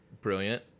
Brilliant